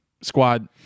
Squad